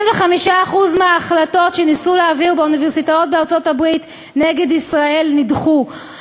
75% מההחלטות שניסו להעביר באוניברסיטאות בארצות-הברית נגד ישראל נדחו.